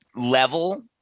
level